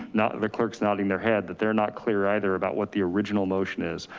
not, the clerks nodding their head that they're not clear either about what the original motion is.